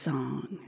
Song